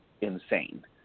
insane